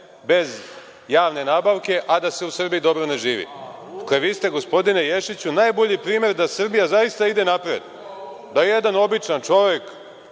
bez javne nabavke, a da se u Srbiji dobro ne živi? Vi ste, gospodine Ješiću, najbolji primer da Srbija zaista ide napred, da jedan običan čovek